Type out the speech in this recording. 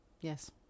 Yes